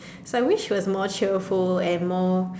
I wish she was more cheerful and more